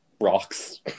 Rocks